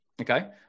okay